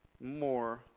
more